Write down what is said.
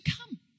come